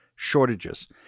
shortages